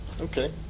Okay